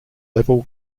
level